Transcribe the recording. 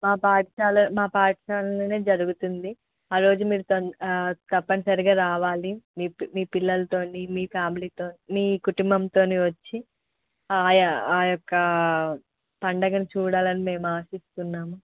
మా పాఠశాల మా పాఠశాలలోనే జరుగుతుంది ఆ రోజు మీరు తొందరగా తప్పని సరిగా రావాలి మీ పిల్లలతోని మీ ఫ్యామిలీతోని మీ కుటుంబంతోని వచ్చి ఆయా ఆ యొక్క పండుగను చూడాలని మేము ఆశిస్తున్నాము